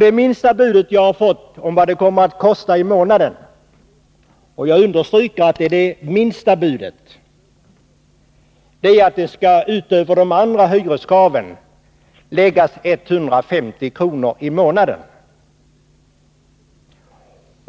Det lägsta bud jag har fått beträffande kostnaden, och jag understryker att det är det lägsta budet, är utöver de andra hyreskraven en kostnad på 150 kr. per månad.